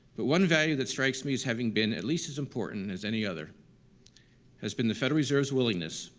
but one value that strikes me as having been at least as important as any other has been the federal reserve's willingness,